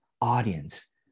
audience